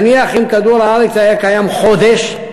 נניח אם כדור-הארץ היה קיים חודש,